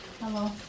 Hello